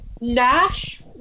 Nash